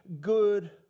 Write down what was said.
good